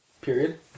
Period